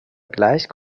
gleich